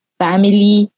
family